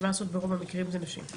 כי מה לעשות ברוב המקרים זה נשים.